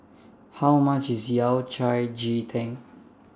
How much IS Yao Cai Ji Tang